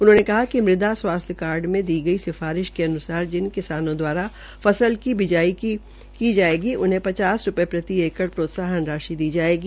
उन्होंने कहा कि मुदा स्वास्थ्य कार्ड मे दी गई सिफारिश के अनुसार जिन किसानों द्वारा फसल की बिजाई की जायेगी उन्हें पचास रूपये प्रति एकड़ प्रोत्साहन राशि दी जायेगी